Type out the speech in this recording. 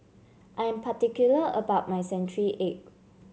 I am particular about my Century Egg